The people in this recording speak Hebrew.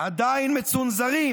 עדיין מצונזרים,